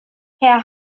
herr